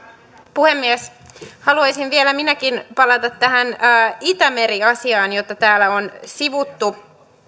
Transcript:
puhemies haluaisin vielä minäkin palata tähän itämeri asiaan jota täällä on sivuttu